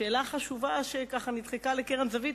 שאלה חשובה שככה, נדחקה לקרן זווית.